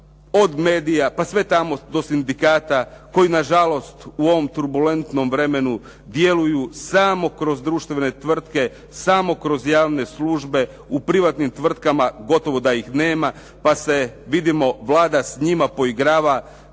od medija pa sve tamo do sindikata koji nažalost u ovom turbulentnom vremenu djeluju samo kroz društvene tvrtke, samo kroz javne službe. U privatnim tvrtkama gotovo da ih nema, pa se vidimo Vlada s njima poigrava